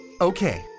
Okay